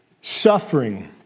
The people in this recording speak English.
suffering